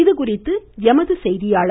இதுகுறித்து எமது செய்தியாளர்